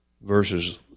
verses